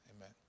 Amen